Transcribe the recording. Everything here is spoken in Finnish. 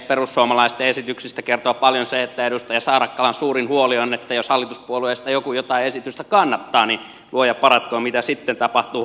perussuomalaisten esityksistä kertoo paljon se että edustaja saarakkalan suurin huoli on että jos hallituspuolueista joku jotain esitystä kannattaa niin luoja paratkoon mitä sitten tapahtuu